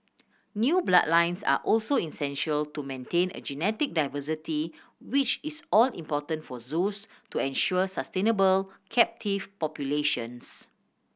new bloodlines are also essential to maintain a genetic diversity which is all important for zoos to ensure sustainable captive populations